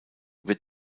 wird